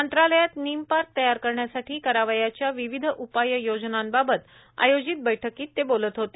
मंत्रालयात निम पार्क तयार करण्यासाठी करावयाच्या विविध उपाययोजनांबाबत आयोजित बैठकीत ते बोलत होते